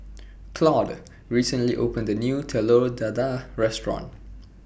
Claude recently opened A New Telur Dadah Restaurant